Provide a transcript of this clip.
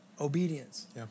obedience